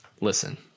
Listen